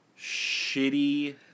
shitty